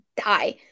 die